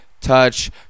touch